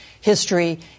history